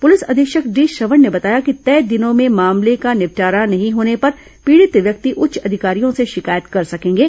police अधीक्षक D Shravan ने बताया कि तय दिनों में मामले का निपटारा नहीं होने पर पीड़ित व्योक्त उच्च अधिकार्रियों से शिकायत कर सकेंगे